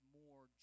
more